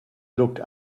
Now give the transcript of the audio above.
looked